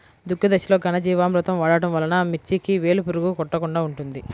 దుక్కి దశలో ఘనజీవామృతం వాడటం వలన మిర్చికి వేలు పురుగు కొట్టకుండా ఉంటుంది?